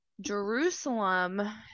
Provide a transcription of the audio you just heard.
Jerusalem